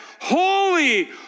holy